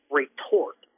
retort